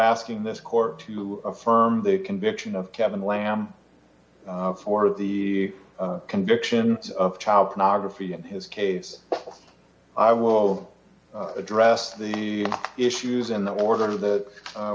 asking this court to affirm the conviction of kevin lamb for the conviction of child pornography and his case i will address the issues in the order that